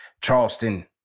Charleston